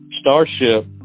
Starship